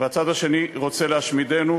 והצד השני רוצה להשמידנו,